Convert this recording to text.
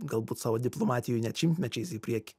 galbūt savo diplomatijoj net šimtmečiais į priekį